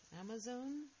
Amazon